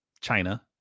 China